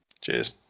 Cheers